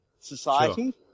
society